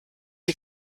sie